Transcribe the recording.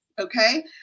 Okay